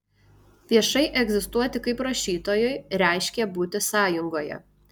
viešai egzistuoti kaip rašytojui reiškė būti sąjungoje